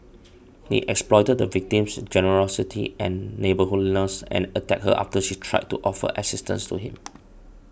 he exploited the victim's generosity and neighbourliness and attacked her after she tried to offer assistance to him